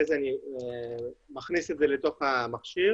אנחנו ממשיכים במחקר כאן בישראל,